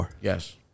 Yes